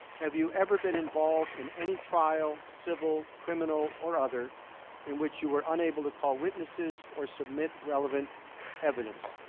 have you ever been involved in any trial civil criminal or other in which you are unable to call witnesses or submit relevant evidence,